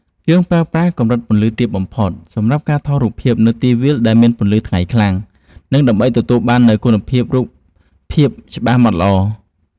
យើងប្រើប្រាស់កម្រិតពន្លឺទាបបំផុតសម្រាប់ការថតរូបភាពនៅទីវាលដែលមានពន្លឺថ្ងៃខ្លាំង និង ដើម្បីទទួលបាននូវគុណភាពរូបភាពច្បាស់ម៉ដ្ឋល្អ។